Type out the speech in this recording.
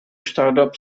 startup